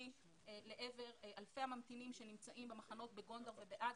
לעבר אלפי הממתינים במחנות בגונדר ובאדיס,